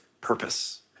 purpose